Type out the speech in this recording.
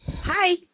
Hi